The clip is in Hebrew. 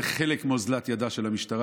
זה חלק מאוזלת ידה של המשטרה,